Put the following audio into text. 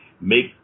Make